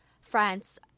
France